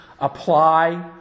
apply